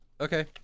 okay